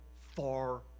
far